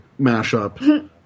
mashup